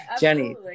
Jenny